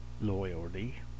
Loyalty